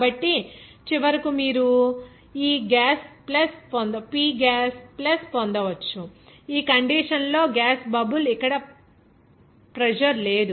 కాబట్టి చివరకు మీరు ఈ P గ్యాస్ ప్లస్ పొందవచ్చు ఈ కండిషన్ లో గ్యాస్ బబుల్ ఇక్కడ ప్రెజర్ లేదు